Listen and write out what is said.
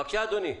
בבקשה, אדוני.